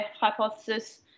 hypothesis